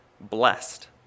blessed